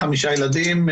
חמישה ילדים,